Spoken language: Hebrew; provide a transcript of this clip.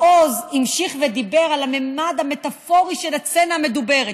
"מעוז המשיך ודיבר על הממד המטאפורי של הסצנה המדוברת,